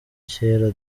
cyera